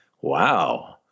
Wow